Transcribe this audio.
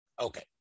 Okay